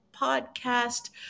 podcast